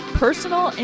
personal